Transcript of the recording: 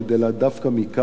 אלא דווקא מכאן,